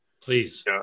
Please